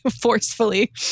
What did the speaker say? forcefully